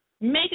Make